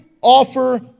offer